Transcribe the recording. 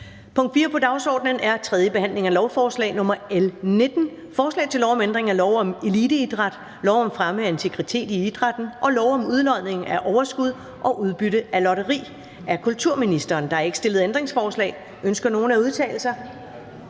punkt på dagsordenen er: 4) 3. behandling af lovforslag nr. L 19: Forslag til lov om ændring af lov om eliteidræt, lov om fremme af integritet i idrætten og lov om udlodning af overskud og udbytte af lotteri. (Styrkelse af atleternes stemme i Team